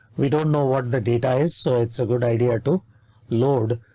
we don't know what the data is, so it's a good idea to load.